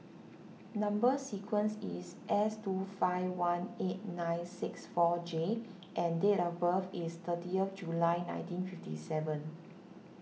Number Sequence is S two five one eight nine six four J and date of birth is thirtieth July nineteen fifty seven